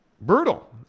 brutal